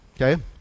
Okay